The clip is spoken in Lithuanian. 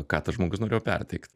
ką tas žmogus norėjo perteikt